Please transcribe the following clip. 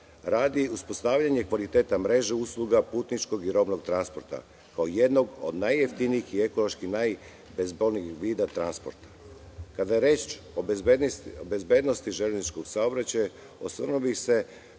radi uspostavljanja kvaliteta mreže usluga putničkog i robnog transporta, kao jednog od najjeftinijih i ekološki najbezbolnijeg vida transporta. Kada je reč o bezbednosti železničkog saobraćaja osvrnuo bih se